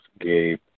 Gabe